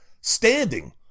standing